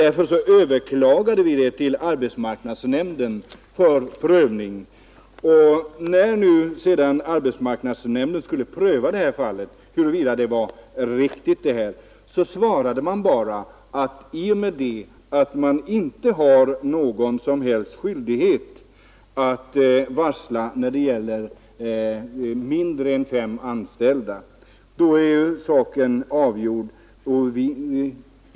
Därför överklagade vi dessa hos arbetsmarknadsnämnden. När arbetsmarknadsnämnden sedan skulle pröva huruvida arbetsgivaren handlat riktigt i detta fall gav den bara beskedet att saken var avgjord i och med att det inte föreligger någon som helst skyldighet att varsla om personalinskränkning när det gäller mindre än fem anställda.